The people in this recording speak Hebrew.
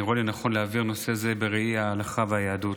אני רואה לנכון להבהיר נושא זה בראי ההלכה והיהדות.